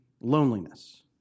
loneliness